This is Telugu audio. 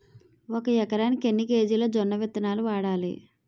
ఒక ఎకరానికి ఎన్ని కేజీలు జొన్నవిత్తనాలు వాడాలి?